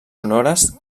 sonores